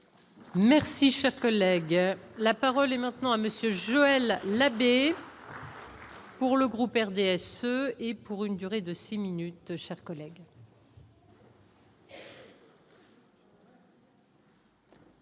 Merci, cher collègue, la parole est maintenant à monsieur Joël Labbé. Pour le groupe RDSE et pour une durée de 6 minutes chers collègues.